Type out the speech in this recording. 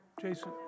Jason